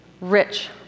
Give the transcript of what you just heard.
rich